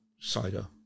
cider